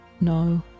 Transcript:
No